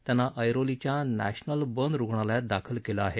त्यांना ऐरोलीच्या national burn रुग्णांलयात दाखल केलं आहे